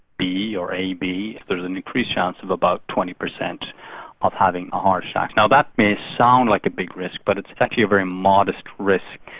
b or ab there's an increased chance of about twenty percent of having a heart attack. now that may sound like a big risk but it's actually a very modest risk,